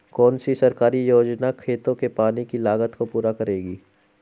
कौन सी सरकारी योजना खेतों के पानी की लागत को पूरा करेगी?